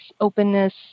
openness